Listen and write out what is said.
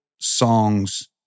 songs